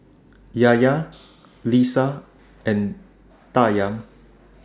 Yahya Lisa and Dayang